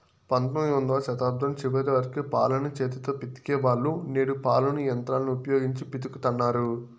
పంతొమ్మిదవ శతాబ్దం చివరి వరకు పాలను చేతితో పితికే వాళ్ళు, నేడు పాలను యంత్రాలను ఉపయోగించి పితుకుతన్నారు